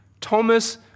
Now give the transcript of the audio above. Thomas